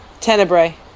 Tenebrae